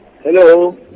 hello